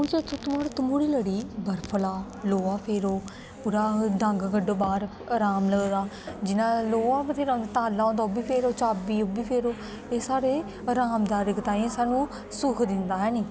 हून सचे थुआढ़े तम्हूड़ी लड़ी बर्फ ला लोहा फेर ओहदा डंग कड्ढो बाहर आराम लगदा जियां लोक ताला होंदा ओ बी फेरो चाबी होंदी ओह बी फेरो एह् साडे आराम तांई साढ़े सानू सुख दिंदा है नी